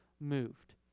moved